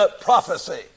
prophecy